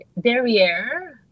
derriere